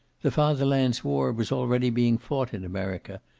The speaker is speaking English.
the fatherland's war was already being fought in america,